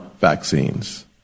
vaccines